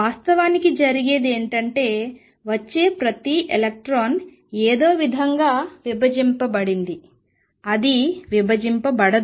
వాస్తవానికి జరిగేది ఏమిటంటే వచ్చే ప్రతి ఎలక్ట్రాన్ ఏదో ఒకవిధంగా విభజించబడింది అది విభజించబడదు